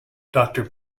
doctor